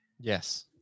Yes